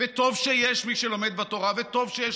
וטוב שיש מי שלומד בתורה וטוב שיש